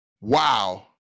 wow